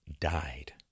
died